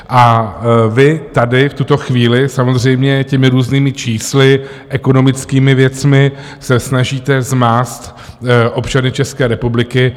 A vy tady v tuto chvíli samozřejmě těmi různými čísly, ekonomickými věcmi se snažíte zmást občany České republiky.